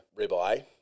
ribeye